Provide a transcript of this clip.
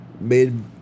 made